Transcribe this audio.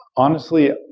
honestly,